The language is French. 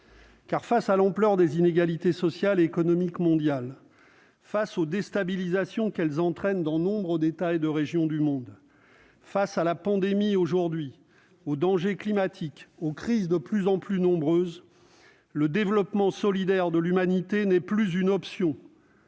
Face à l'ampleur des inégalités sociales et économiques mondiales, face aux déstabilisations qu'elles entraînent dans nombre d'États et de régions du monde, face à la pandémie aujourd'hui, au danger climatique, aux crises de plus en plus nombreuses, le développement solidaire de l'humanité n'est plus une option